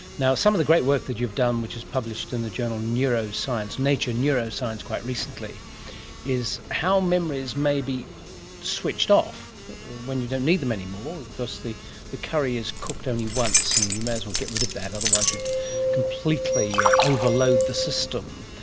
some of the great work that you've done which is published in the journal nature neuroscience quite recently is how memories may be switched off when you don't need them anymore, because the the curry is cooked only once and you may as well get rid of that otherwise you'd completely yeah overload the system.